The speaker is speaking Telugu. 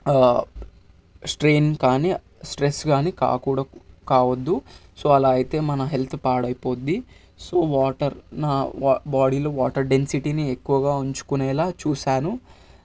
స్ట్రైన్ కానీ స్ట్రెస్ కానీ కాకూడదు కావద్దు సో అలా అయితే మన హెల్త్ పాడైపోతుంది సో వాటర్ నా బాడీలో వాటర్ డెన్సిటీని ఎక్కువగా ఉంచుకునేలా చూసాను